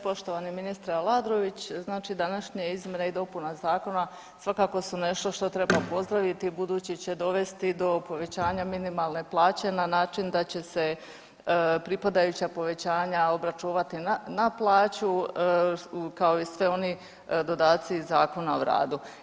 Poštovani ministre Aladrović znači današnja izmjene i dopuna zakona svakako su nešto što treba pozdraviti budući će dovesti do povećanja minimalne plaće na način da će se pripadajuća povećanja obračunati na plaću kao i sve oni dodaci iz Zakona o radu.